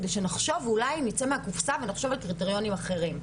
כדי שנחשוב ואולי נצא מהקופסא ונחשוב על קריטריונים אחרים,